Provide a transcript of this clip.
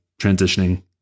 transitioning